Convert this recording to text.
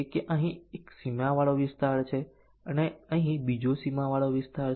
તેથી આપણી પાસે આ પાંચ કન્ડીશન અહીં સૂચિબદ્ધ છે